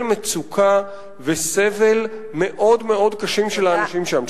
מצוקה וסבל מאוד קשים של האנשים שם,